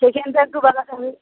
সেইখানটা একটু বাঁধাতে হবে